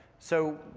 so